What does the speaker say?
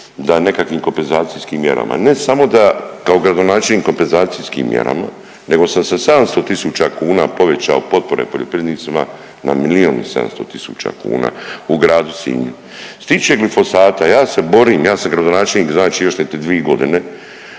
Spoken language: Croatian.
da nekakvim kompenzacijskim mjerama. Ne samo da kao gradonačelnik kompenzacijskim mjerama nego sam sa 700 tisuća kuna povećao potpore poljoprivrednicima na milijun i 700 tisuća kuna u Gradu Sinju. Što se tiče glifosata ja se borim, ja sam gradonačelnik znači još te dvi godine